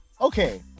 okay